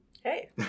Hey